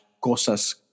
Cosas